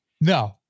No